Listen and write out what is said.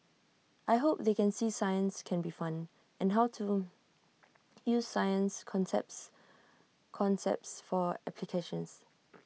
I hope they can see science can be fun and how to use science concepts concepts for applications